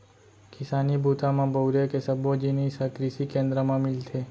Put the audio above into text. किसानी बूता म बउरे के सब्बो जिनिस ह कृसि केंद्र म मिलथे